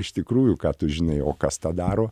iš tikrųjų ką tu žinai o kas tą daro